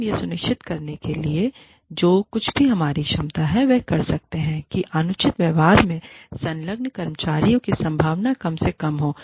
और हम यह सुनिश्चित करने के लिए जो कुछ भी हमारी क्षमता में है वह कर सकते हैं कि अनुचित व्यवहार में संलग्न कर्मचारियों की संभावना कम से कम हो